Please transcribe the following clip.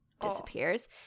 disappears